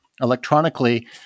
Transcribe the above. electronically